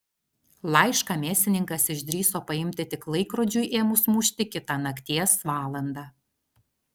laišką mėsininkas išdrįso paimti tik laikrodžiui ėmus mušti kitą nakties valandą